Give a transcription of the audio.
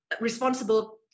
responsible